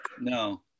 No